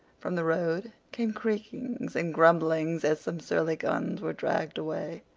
from the road came creakings and grumblings as some surly guns were dragged away.